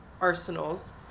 arsenals